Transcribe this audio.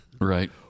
right